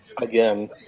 Again